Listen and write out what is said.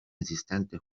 esistente